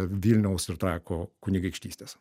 vilniaus ir trakų kunigaikštystės